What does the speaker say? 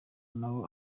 nabo